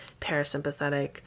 parasympathetic